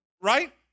Right